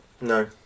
No